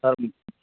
sir